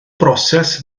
broses